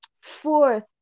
fourth